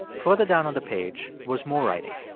further down on the page was more writing.